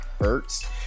hurts